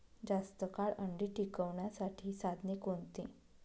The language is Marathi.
जास्त काळ अंडी टिकवण्यासाठी साधने कोणती?